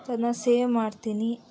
ಅದನ್ನ ಸೇವ್ ಮಾಡ್ತೀನಿ